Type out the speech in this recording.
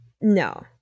No